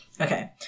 Okay